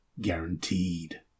guaranteed